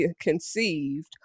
conceived